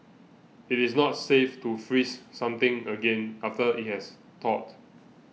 it is not safe to freeze something again after it has thawed